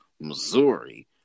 Missouri